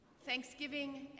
Thanksgiving